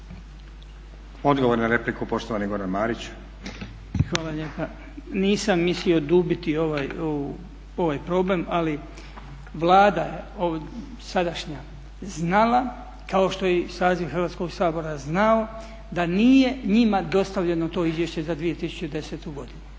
Odgovor na repliku poštovani Goran Marić. **Marić, Goran (HDZ)** Hvala lijepa. Nisam mislio dubiti ovaj problem, ali Vlada sadašnja je znala kao što je i saziv Hrvatskog sabora znao da nije njima dostavljeno to izvješće za 2010.godinu.